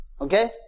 Okay